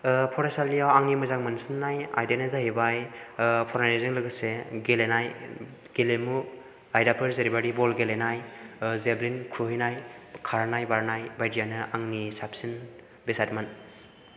फरायसालियाव आंनि मोजां मोनसिननाय आयदायानो जाहैबाय फरायनायजों लोगोसे गेलेनाय गेलेमु आयदाफोर जेरैबायदि बल गेलेनाय जेभलिन खुबैनाय खारनाय बारनाय बायदियानो आंनि साबसिन आयदामोन